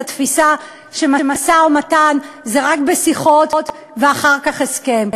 התפיסה שמשא-ומתן זה רק בשיחות ואחר כך הסכם.